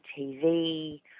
TV